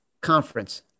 conference